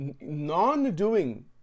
non-doing